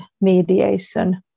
mediation